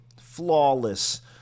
flawless